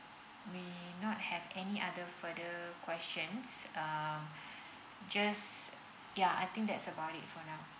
may not have any other further questions um just yeah I think that's about it for now